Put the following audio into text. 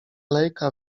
lejka